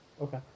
Okay